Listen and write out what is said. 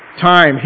Time